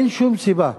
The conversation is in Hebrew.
אין שום סיבה.